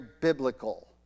biblical